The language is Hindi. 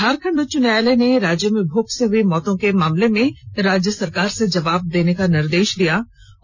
झारखंड उच्च न्यायालय ने राज्य में भूख से हुई मौतों के मामले में राज्य सरकार से जवाब देने का निर्देश दिया है